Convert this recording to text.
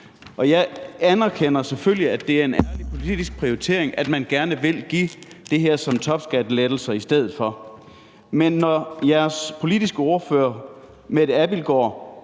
Jeg anerkender selvfølgelig, at det er en ærlig politisk prioritering, at man gerne vil give det her som topskattelettelser i stedet for. Men når jeres politiske ordfører, Mette Abildgaard,